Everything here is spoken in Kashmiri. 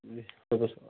بِہِو خۄدایَس حوال